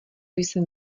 jsem